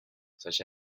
such